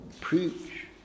preach